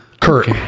Kurt